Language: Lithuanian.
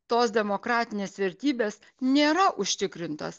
tos demokratinės vertybės nėra užtikrintos